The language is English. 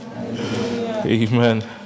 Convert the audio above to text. Amen